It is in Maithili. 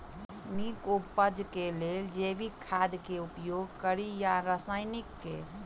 नीक उपज केँ लेल जैविक खाद केँ उपयोग कड़ी या रासायनिक केँ?